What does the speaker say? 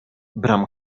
bram